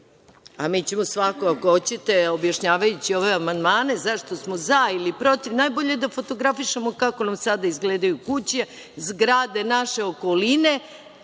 Mi ćemo svakako, ako hoćete, objašnjavajući ove amandmane zašto smo za ili protiv, najbolje da fotografišemo kako nam sada izgledaju kuće, zgrade, naše okoline